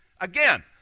Again